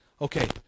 Okay